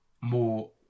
more